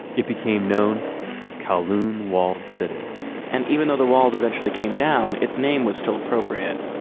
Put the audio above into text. it became known as kowloon walled city and even though the walls eventually came down, its name was still appropriate.